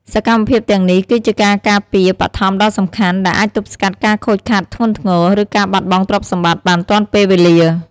សកម្មភាពទាំងនេះ គឺជាការការពារបឋមដ៏សំខាន់ ដែលអាចទប់ស្កាត់ការខូចខាតធ្ងន់ធ្ងរ ឬការបាត់បង់ទ្រព្យសម្បត្តិបានទាន់ពេលវេលា។